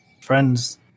friends